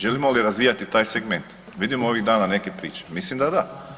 Želimo li razvijati taj segment, vidimo ovih dana neke priče, mislim da da.